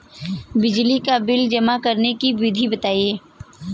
बिजली का बिल जमा करने की विधि बताइए?